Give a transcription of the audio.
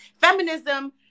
Feminism